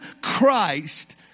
Christ